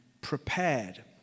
prepared